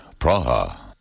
Praha